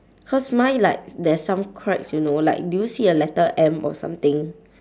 cause mine like there's some cracks you know like do you see a letter M or something